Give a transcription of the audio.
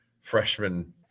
freshman